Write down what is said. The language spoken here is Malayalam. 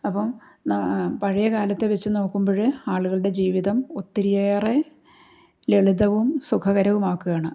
അപ്പം പഴയ കാലത്തെ വച്ചു നോക്കുമ്പോൾ ആളുകളുടെ ജീവിതം ഒത്തിരി ഏറെ ലളിതവും സുഖകരവും ആക്കുകയാണ്